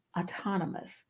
autonomous